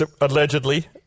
Allegedly